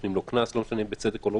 ונותנים לו קנס לא משנה אם בצדק או לא